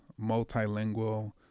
multilingual